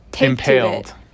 Impaled